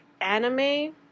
anime